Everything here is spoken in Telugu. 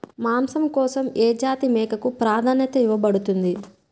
మాంసం కోసం ఏ జాతి మేకకు ప్రాధాన్యత ఇవ్వబడుతుంది?